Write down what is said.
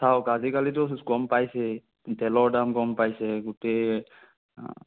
চাওক আজিকালিতো গম পাইছেই তেলৰ দাম গম পাইছেই গোটেই